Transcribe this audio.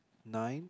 nine